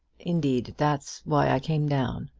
indeed, that's why i came down.